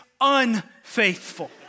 unfaithful